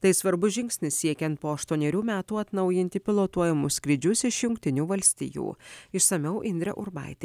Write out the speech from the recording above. tai svarbus žingsnis siekiant po aštuonerių metų atnaujinti pilotuojamus skrydžius iš jungtinių valstijų išsamiau indrė urbaitė